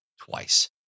twice